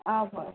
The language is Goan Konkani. आ हय